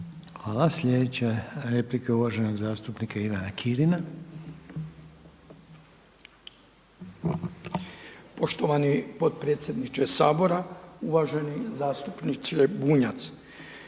Hvala. Sljedeća replika je uvaženog zastupnika Ivana Kirina. **Kirin, Ivan (HDZ)** Poštovani potpredsjedniče Sabora. Uvaženi zastupniče Bunjac,